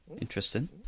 Interesting